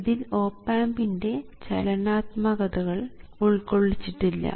ഇതിൽ ഓപ് ആമ്പിൻറെ ചലനാത്മകതകൾ ഉൾക്കൊള്ളിച്ചിട്ടില്ല